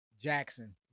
Jackson